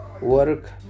work